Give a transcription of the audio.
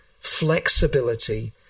flexibility